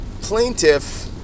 plaintiff